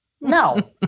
No